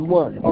one